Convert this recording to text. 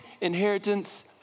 inheritance